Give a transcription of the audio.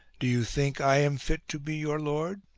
do you think i am fit to be your lord?